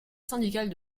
syndicale